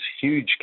huge